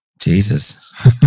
Jesus